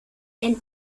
and